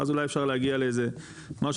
ואז אולי אפשר להגיע לאיזה משהו,